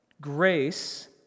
Grace